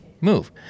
move